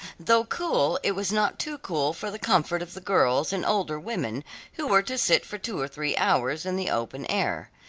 though cool, it was not too cool for the comfort of the girls and older women who were to sit for two or three hours in the open air.